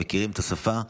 שמכירים את השפה.